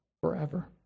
forever